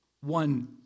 one